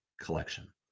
collection